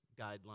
guidelines